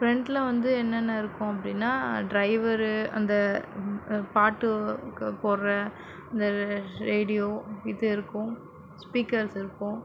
ஃப்ரெண்ட்டில் வந்து என்னென்ன இருக்கும் அப்படின்னா ட்ரைவரு அந்த பாட்டு போடற அந்த ரேடியோ இது இருக்கும் ஸ்பீக்கர்ஸ் இருக்கும்